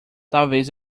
talvez